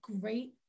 great